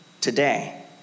today